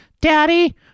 Daddy